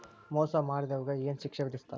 ಮೋಸಾ ಮಾಡಿದವ್ಗ ಏನ್ ಶಿಕ್ಷೆ ವಿಧಸ್ತಾರ?